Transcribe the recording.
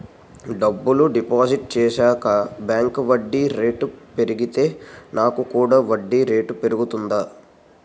డబ్బులు డిపాజిట్ చేశాక బ్యాంక్ వడ్డీ రేటు పెరిగితే నాకు కూడా వడ్డీ రేటు పెరుగుతుందా?